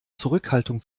zurückhaltung